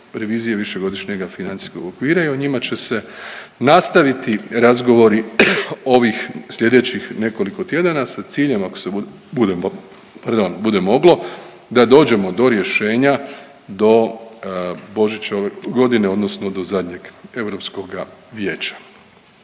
revizije višegodišnjeg financijskog okvira i o njima će se nastaviti razgovori ovih slijedećih nekoliko tjedana sa ciljem ako se bude, bude, pardon, bude moglo da dođemo do rješenja, do Božića ove godine odnosno do zadnjeg Europskoga Vijeća.